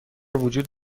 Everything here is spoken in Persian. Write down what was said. وجود